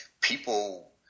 people